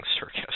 circus